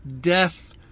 death